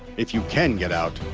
if you can get out,